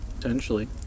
potentially